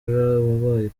wabaye